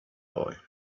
boy